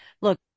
Look